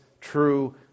true